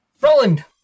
Roland